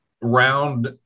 round